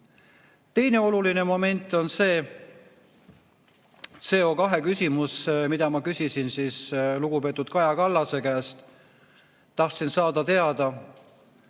Teine oluline moment on CO2-küsimus, mille kohta ma küsisin lugupeetud Kaja Kallase käest. Tahtsin saada teada,